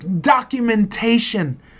documentation